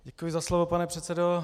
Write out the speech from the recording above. Děkuji za slovo, pane předsedo.